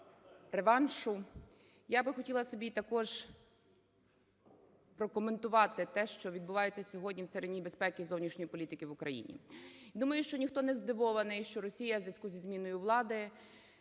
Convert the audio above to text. я би хотіла собі також прокоментувати те, що відбувається сьогодні в царині безпеки і зовнішньої політики в Україні. Думаю, що ніхто не здивований, що Росія в зв'язку зі зміною влади